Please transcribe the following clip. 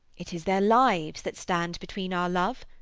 it is their lives that stand between our love,